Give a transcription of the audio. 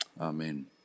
Amen